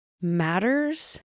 matters